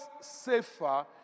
safer